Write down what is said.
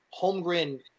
Holmgren